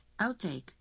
Outtake